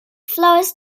flows